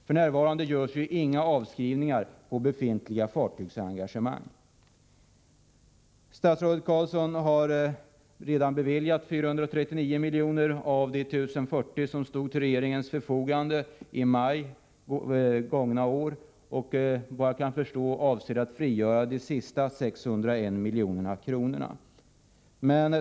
F.n. görs inga avskrivningar på befintliga fartygsengagemang. Statsrådet Carlsson har redan beviljat 439 miljoner av de 1 040 miljoner som stod till regeringens förfogande i maj 1984 och avser, såvitt jag kan förstå, att frigöra de sista 601 miljonerna.